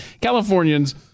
Californians